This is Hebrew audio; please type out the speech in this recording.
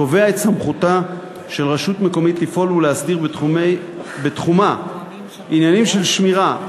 קובע את סמכותה של רשות מקומית לפעול ולהסדיר בתחומה עניינים של שמירה,